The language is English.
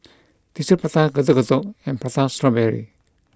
Tissue Prata Getuk Getuk and Prata Strawberry